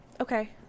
Okay